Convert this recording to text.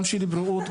גם של בריאות,